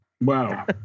wow